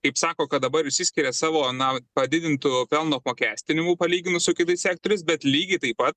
kaip sako kad dabar išsiskiria savo na padidintu pelno apmokestinimu palyginus su kitais sektoriais bet lygiai taip pat